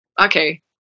okay